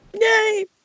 Yay